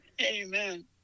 Amen